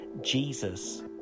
Jesus